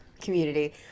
community